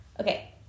Okay